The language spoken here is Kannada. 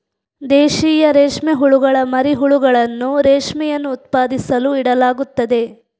ದೇಶೀಯ ರೇಷ್ಮೆ ಹುಳುಗಳ ಮರಿ ಹುಳುಗಳನ್ನು ರೇಷ್ಮೆಯನ್ನು ಉತ್ಪಾದಿಸಲು ಇಡಲಾಗುತ್ತದೆ